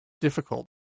difficult